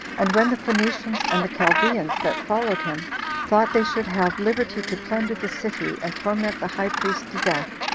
and when the phoenicians and the chaldeans that followed him thought they should have liberty to plunder the city, and torment the high priest to death,